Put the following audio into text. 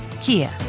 Kia